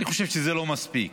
אני חושב שזה לא מספיק.